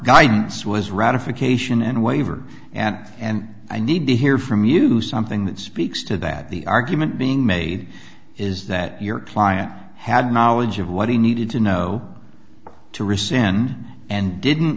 waiver and and i need to hear from you do something that speaks to that the argument being made is that your client had knowledge of what he needed to know to rescind and didn't